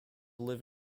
live